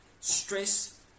stress